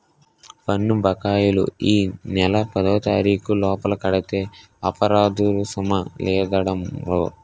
పన్ను బకాయిలు ఈ నెల పదోతారీకు లోపల కడితే అపరాదరుసుము లేదండహో